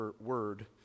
word